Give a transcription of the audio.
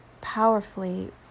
powerfully